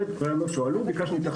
אלה רעיונות שהועלו וביקשנו התייחסויות.